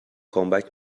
کامبک